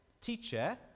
teacher